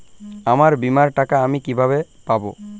আমার বীমার টাকা আমি কিভাবে পাবো?